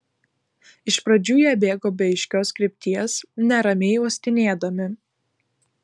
iš pradžių jie bėgo be aiškios krypties neramiai uostinėdami